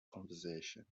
conversation